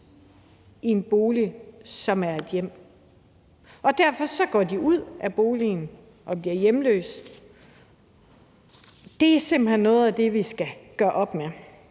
i en bolig, som er et hjem. Derfor forlader de boligen og bliver hjemløse. Det er simpelt hen noget af det, vi skal gøre op med.